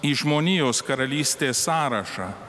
į žmonijos karalystės sąrašą